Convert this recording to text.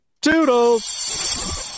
Toodles